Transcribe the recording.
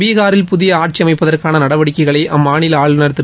பீகாரில் புதிய ஆட்சி அமைப்பதற்கான நடவடிக்கைகளை அம்மாநில அஆளுநர் திரு